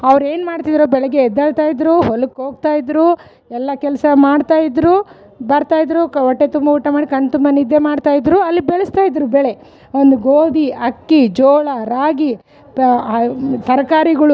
ಅವರು ಏನು ಮಾಡ್ತಿದ್ದರು ಬೆಳಗ್ಗೆ ಎದ್ದೇಳ್ತಾಯಿದ್ರು ಹೊಲಕ್ಕೆ ಹೋಗ್ತಾಯಿದ್ದರು ಎಲ್ಲ ಕೆಲಸ ಮಾಡ್ತಾಯಿದ್ದರು ಬರ್ತಾಯಿದ್ದರು ಒಟ್ಟೆ ತುಂಬ ಊಟ ಮಾಡಿ ಕಣ್ಣು ತುಂಬ ನಿದ್ದೆ ಮಾಡ್ತಾಯಿದ್ದರು ಅಲ್ಲಿ ಬೆಳೆಸ್ತಾಯಿದ್ದರು ಬೆಳೆ ಒಂದು ಗೋದಿ ಅಕ್ಕಿ ಜೋಳ ರಾಗಿ ತರ್ಕಾರಿಗಳು